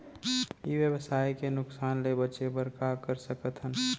ई व्यवसाय के नुक़सान ले बचे बर का कर सकथन?